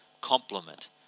complement